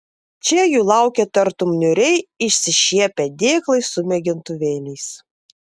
čia jų laukė tartum niūriai išsišiepę dėklai su mėgintuvėliais